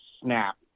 snap